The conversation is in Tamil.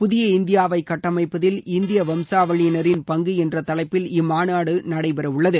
புதிய இந்தியாவை கட்டமைப்பதில் இந்தியா வம்சாவழியினரின் பங்கு என்ற தலைப்பில் இம்மாநாடு நடைபெறவுள்ளது